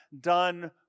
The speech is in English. done